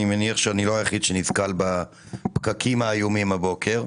אני מניח שאני לא היחיד שנתקל בפקקים האיומים הבוקר.